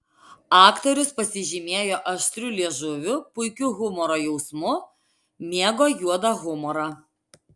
aktorius pasižymėjo aštriu liežuviu puikiu humoro jausmu mėgo juodą humorą